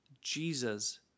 Jesus